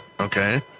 Okay